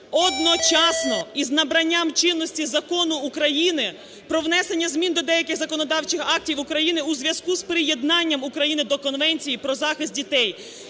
одночасно із набранням чинності Закону України про внесення змін до деяких законодавчих актів України у зв'язку з приєднанням України до Конвенції про захист дітей.